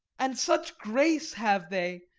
and such grace have they,